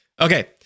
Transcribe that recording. Okay